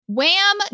Wham